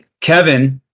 Kevin